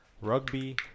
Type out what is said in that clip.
Rugby